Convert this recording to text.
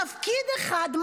תפקיד אחד,